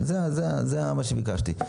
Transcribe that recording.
זה מה שביקשתי.